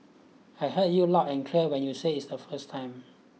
I heard you loud and clear when you said is the first time